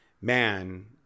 man